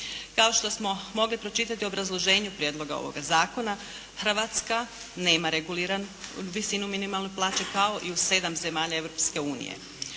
Kao što smo mogli pročitati u obrazloženju prijedloga ovoga zakona, Hrvatska nema reguliranu visinu minimalne plaće kao i u 7 zemalja